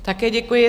Také děkuji.